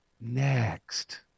next